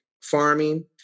farming